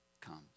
comes